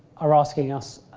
are asking us